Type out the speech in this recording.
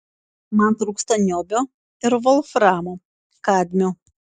man trūksta niobio ir volframo kadmio